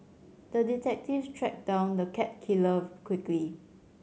the detective tracked down the cat killer quickly